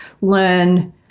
learn